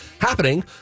Happening